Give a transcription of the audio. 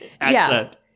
accent